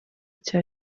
cya